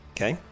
Okay